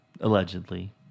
allegedly